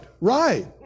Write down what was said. right